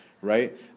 right